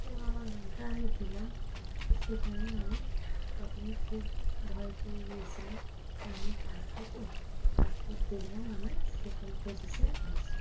তো আমার নামটা আমি দিলাম সেখানে আমি প্রথমে খুব ভয় পেয়ে গিয়েছিলাম যে আমি পারবো তো তারপর দেখলাম আমি সেকেন্ড পজিশান হয়েছি